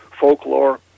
folklore